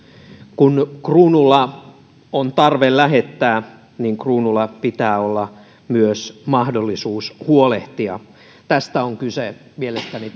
kun kruunulla on tarve lähettää niin kruunulla pitää olla myös mahdollisuus huolehtia tästä on kyse mielestäni